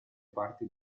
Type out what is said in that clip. parti